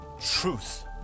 truth